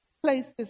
places